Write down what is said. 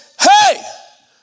Hey